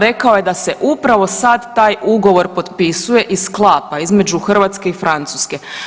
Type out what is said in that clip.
Rekao je da se upravo sada taj ugovor potpisuje i sklapa između Hrvatske i Francuske.